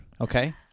okay